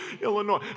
Illinois